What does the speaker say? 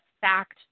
fact